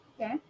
Okay